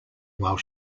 while